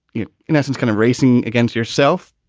yeah in essence, kind of racing against yourself.